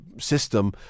system